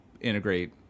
integrate